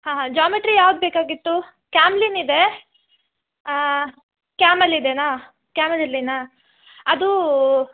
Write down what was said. ಹಾಂ ಹಾಂ ಜಾಮೆಟ್ರಿ ಯಾವುದು ಬೇಕಾಗಿತ್ತು ಕ್ಯಾಮ್ಲಿನ್ ಇದೆ ಕ್ಯಾಮಲ್ ಇದೇನಾ ಕ್ಯಾಮಲ್ ಇರಲಿನಾ ಅದು